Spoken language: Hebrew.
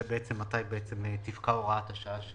זה מתי תפקע הוראת השעה.